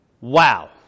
Wow